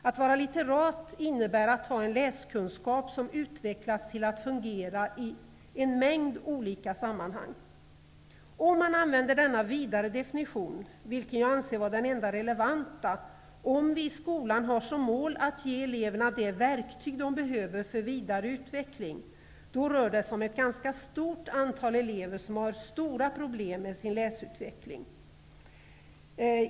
Att vara litterat innebär att ha en läskunskap som utvecklats till att fungera i en mängd olika sammanhang. Om man använder denna vidare definition -- vilken jag anser vara den enda relevanta om vi i skolan har som mål att ge eleverna det verktyg som de behöver för vidare utveckling -- rör det sig om ett ganska stort antal elever som har stora problem med sin läsutveckling.